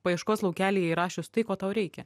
paieškos laukelyje įrašius tai ko tau reikia